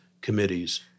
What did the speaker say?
committees